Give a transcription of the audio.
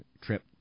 trip